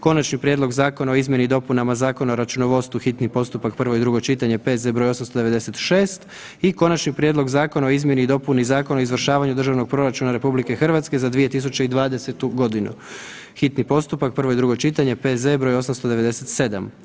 Konačni prijedlog zakona o izmjeni i dopunama Zakona o računovodstvu, hitni postupak, prvo i drugo čitanje, P.Z. br. 896. i Konačni prijedlog zakona o izmjeni i dopuni Zakona o izvršavanju državnog proračuna RH za 2020.g., hitni postupak, prvo i drugo čitanje, P.Z. br. 897.